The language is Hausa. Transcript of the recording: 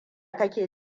kake